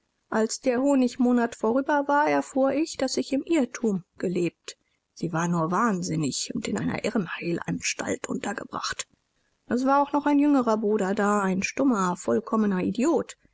als der honigmonat vorüber war erfuhr ich daß ich im irrtum gelebt sie war nur wahnsinnig und in einer irrenheilanstalt untergebracht es war auch noch ein jüngerer bruder da ein stummer vollkommener idiot